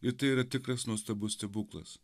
ir tai yra tikras nuostabus stebuklas